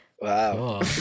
Wow